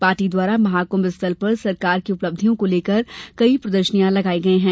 party द्वारा महाकुंभ स्थल पर सरकार की उपलब्धियों को लेकर कई प्रदर्शनियां लगाई गई हैं